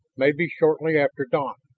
maybe shortly after dawn.